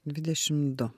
dvidešimt du